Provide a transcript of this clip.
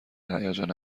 هیجان